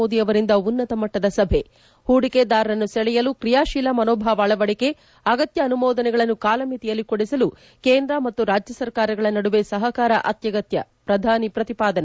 ಮೋದಿ ಅವರಿಂದ ಉನ್ನತ ಮಟ್ಟದ ಸಭೆ ಹೂಡಿಕೆದಾರರನ್ನು ಸೆಳೆಯಲು ಕ್ರಿಯಾಶೀಲ ಮನೋಭಾವ ಅಳವದಿಕೆ ಅಗತ್ಯ ಅನುಮೋದನೆಗಳನ್ನು ಕಾಲಮಿತಿಯಲ್ಲಿ ಕೊದಿಸಲು ಕೇಂದ್ರ ಮತ್ತು ರಾಜ್ಯ ಸರ್ಕಾರಗಳ ನಡುವೆ ಸಹಕಾರ ಅತ್ಯಗತ್ಯ ಪ್ರಧಾನಿ ಪ್ರತಿಪಾದನೆ